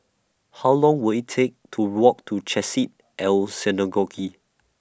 How Long Will IT Take to Walk to Chesed El Synagogue